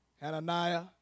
Hananiah